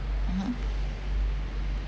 mmhmm